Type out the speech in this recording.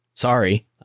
Sorry